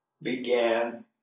began